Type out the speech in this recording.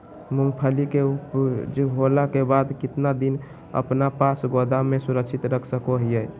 मूंगफली के ऊपज होला के बाद कितना दिन अपना पास गोदाम में सुरक्षित रख सको हीयय?